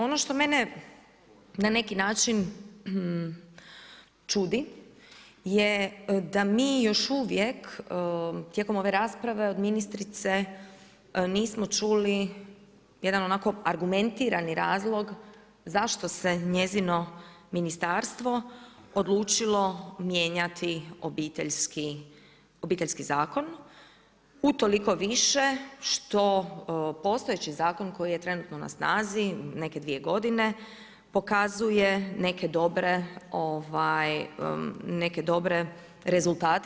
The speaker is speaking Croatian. Ono što mene na neki način čudi je da mi još uvijek tijekom ove rasprave od ministrice nismo čuli jedan onako argumentirani razlog zašto se njezino ministarstvo odlučilo mijenjati Obiteljski zakon utoliko više što postojeći zakon koji je trenutno na snazi neke dvije godine pokazuje neke dobre rezultate.